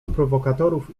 prowokatorów